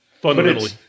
fundamentally